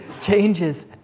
changes